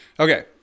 Okay